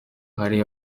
hari